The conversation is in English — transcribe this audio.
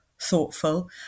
thoughtful